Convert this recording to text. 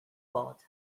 pad